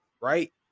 right